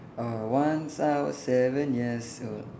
uh once I was seven years old